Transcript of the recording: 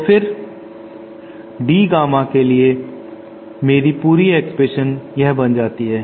तो फिर D gamma के लिए मेरी पूरी एक्सप्रेशन यह बन जाती है